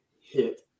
hit